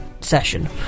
session